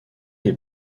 les